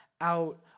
out